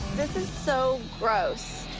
this is so gross.